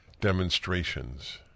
demonstrations